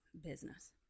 business